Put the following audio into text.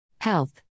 Health